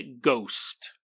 ghost